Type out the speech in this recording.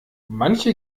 manche